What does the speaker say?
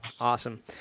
awesome